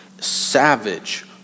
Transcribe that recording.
savage